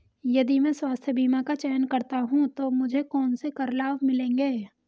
यदि मैं स्वास्थ्य बीमा का चयन करता हूँ तो मुझे कौन से कर लाभ मिलेंगे?